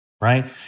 Right